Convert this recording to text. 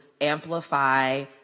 amplify